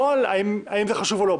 לא האם זה חשוב או לא.